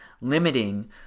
limiting